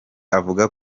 avuga